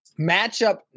matchup